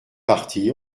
partis